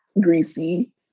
greasy